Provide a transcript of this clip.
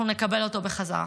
אנחנו נקבל אותו בחזרה,